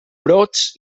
brots